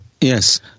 Yes